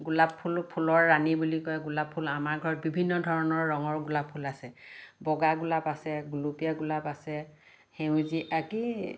গোলাপ ফুল ফুলৰ ৰাণী বুলি কয় গোলাপ ফুল আমাৰ ঘৰত বিভিন্ন ধৰণৰ ৰঙৰ গোলাপ ফুল আছে বগা গোলাপ আছে গোলপীয়া গোলাপ আছে সেউজীয়া কি